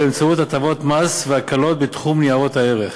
באמצעות הטבות מס והקלות בתחום ניירות הערך.